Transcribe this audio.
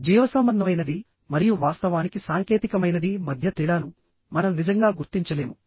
జీవసంబంధమైనది మరియు వాస్తవానికి సాంకేతికమైనది మధ్య తేడాను మనం నిజంగా గుర్తించలేము